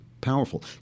powerful